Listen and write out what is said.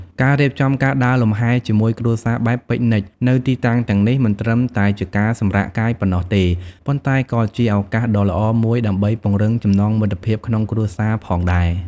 ការរៀបចំការដើរលំហែជាមួយគ្រួសារបែបពិកនិចនៅទីតាំងទាំងនេះមិនត្រឹមតែជាការសម្រាកកាយប៉ុណ្ណោះទេ ប៉ុន្តែក៏ជាឱកាសដ៏ល្អមួយដើម្បីពង្រឹងចំណងមិត្តភាពក្នុងគ្រួសារផងដែរ។